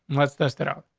let's test it out.